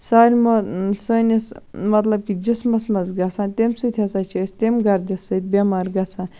سانہِ مَا سٲنِس مَطلَب کہِ جِسمَس مَنٛز گَژھان تمہِ سۭتۍ ہَسا چھِ أسۍ تمہِ گَردٕ سۭتۍ بیٚمار گَژھان